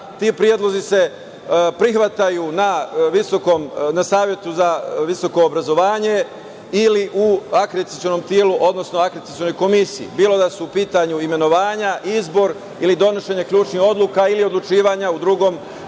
ti predlozi se prihvataju na Savetu za visoko obrazovanje ili u akreditacionom telu, odnosno u Komisiji za akreditaciju, bilo da su u pitanju imenovanja, izbor ili donošenje ključnih odluka ili odlučivanja u drugom ili